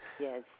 Yes